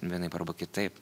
vienaip arba kitaip